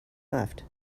left